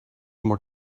more